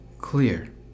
clear